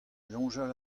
soñjal